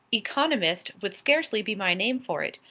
economist would scarcely be my name for it.